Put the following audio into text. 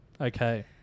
Okay